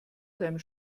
seinem